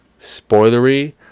spoilery